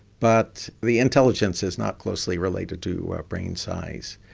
but the intelligence is not closely related to brain size,